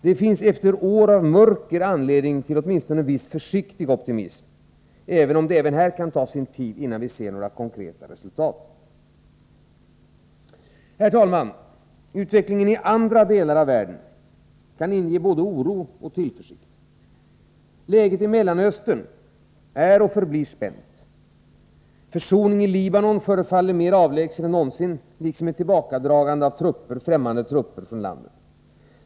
Det finns efter år av mörker anledning till åtminstone en viss försiktig optimism, även om det också här kan ta sin tid innan vi ser några konkreta resultat. Herr talman! Utvecklingen i andra delar av världen kan inge både oro och tillförsikt. Läget i Mellanöstern är och förblir spänt. En försoning i Libanon förefaller mera avlägsen än någonsin, liksom ett tillbakadragande av främmande trupper från landet.